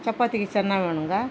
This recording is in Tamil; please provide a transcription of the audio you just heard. சப்பாத்திக்கு சன்னா வேணுங்க